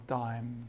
time